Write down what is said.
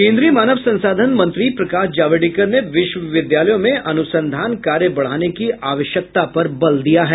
केन्द्रीय मानव संसाधन मंत्री प्रकाश जावड़ेकर ने विश्वविद्यालयों में अनुसंधान कार्य बढ़ाने की आवश्यकता पर बल दिया है